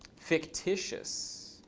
fictitious.